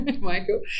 Michael